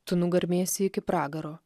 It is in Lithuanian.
tu nugarmėsi iki pragaro